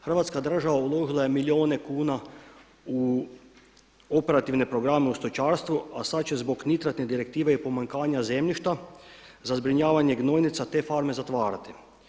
Hrvatska država uložila je milijune kuna u operativne programe u stočarstvu, a sada će zbog nitratne direktive i pomanjkanja zemljišta za zbrinjavanje gnojnica te farme zatvarati.